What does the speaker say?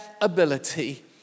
ability